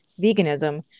veganism